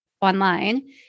online